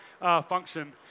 function